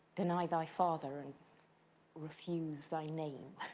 deny thy father and refuse thy name